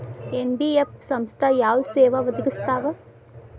NBF ಸಂಸ್ಥಾ ಯಾವ ಸೇವಾ ಒದಗಿಸ್ತಾವ?